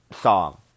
song